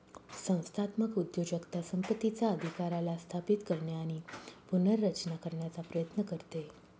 संस्थात्मक उद्योजकता संपत्तीचा अधिकाराला स्थापित करणे आणि पुनर्रचना करण्याचा प्रयत्न करते